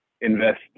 invest